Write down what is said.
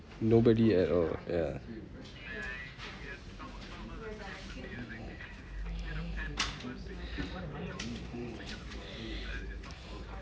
nobody at all ya